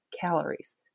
calories